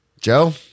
Joe